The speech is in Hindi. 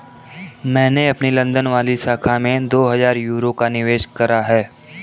मैंने अपनी लंदन वाली शाखा में दो हजार यूरो का निवेश करा है